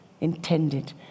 intended